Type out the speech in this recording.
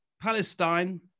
Palestine